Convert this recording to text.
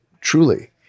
Truly